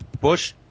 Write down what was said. bush –